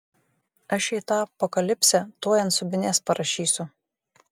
aš jai tą apokalipsę tuoj ant subinės parašysiu